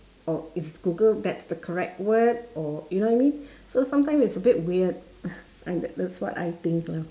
or is google that's the correct word or you know what I mean so sometimes it's a bit weird and that that's what I think lah